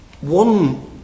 one